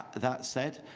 that said,